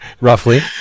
roughly